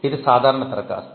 ఇది సాధారణ దరఖాస్తు